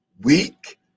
Weak